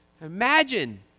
Imagine